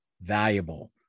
valuable